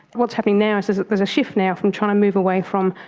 what's happening now is is there's a shift now from trying to move away from,